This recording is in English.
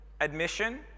Admission